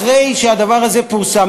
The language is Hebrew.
אחרי שהדבר הזה פורסם,